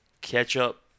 ketchup